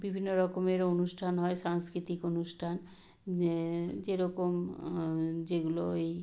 বিভিন্ন রকমের অনুষ্ঠান হয় সাংস্কৃতিক অনুষ্ঠান যেরকম যেগুলো ওই